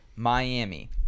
Miami